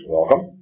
Welcome